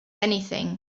anything